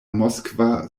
moskva